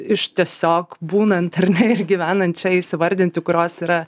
iš tiesiog būnant ar ne ir gyvenant čia įsivardinti kurios yra